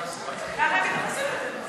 ההצעה להעביר את הנושא